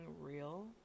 real